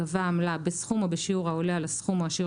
'גבה עמלה בסכום או בשיעור העולה על הסכום או השיעור